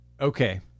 Okay